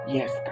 Yes